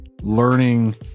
learning